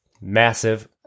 massive